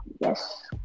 Yes